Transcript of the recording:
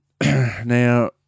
Now